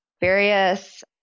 various